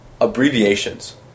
Abbreviations